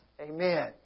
Amen